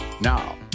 Now